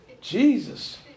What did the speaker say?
Jesus